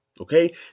Okay